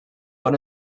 one